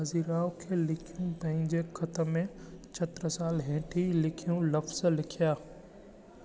बाजीराव खे लिखियलु पंहिंजे खत में छत्रसाल हेठि लिखियो लफ़्ज़ लिखिया